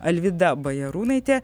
alvyda bajarūnaitė